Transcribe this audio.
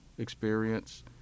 experience